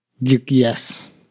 Yes